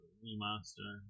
remaster